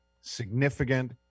significant